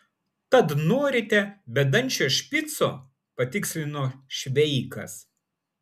tad norite bedančio špico patikslino šveikas